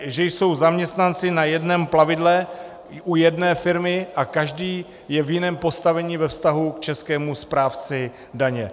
Že jsou zaměstnanci na jednom plavidle u jedné firmy a každý je v jiném postavení ve vztahu k českému správci daně.